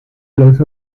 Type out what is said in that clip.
los